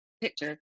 picture